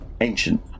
ancient